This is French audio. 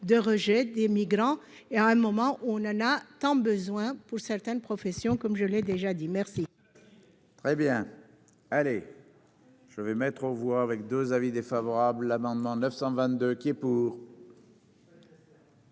de rejet des migrants et à un moment où on en a tant besoin pour certaines professions, comme je l'ai déjà dit merci.